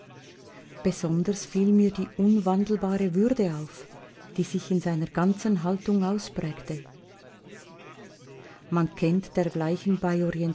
besonders fiel mir die unwandelbare würde auf die sich in seiner ganzen haltung ausprägte man kennt dergleichen